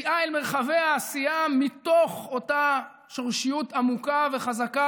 ויציאה אל מרחבי העשייה מתוך אותה שורשיות עמוקה וחזקה,